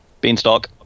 Beanstalk